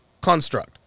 construct